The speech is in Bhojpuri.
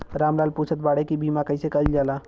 राम लाल पुछत बाड़े की बीमा कैसे कईल जाला?